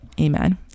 Amen